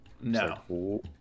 No